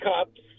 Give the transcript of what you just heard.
Cups